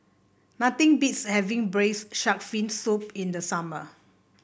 nothing beats having Braised Shark Fin Soup in the summer